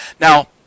Now